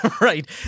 right